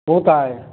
हू त आहे